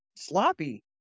sloppy